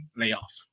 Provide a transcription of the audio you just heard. layoff